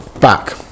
back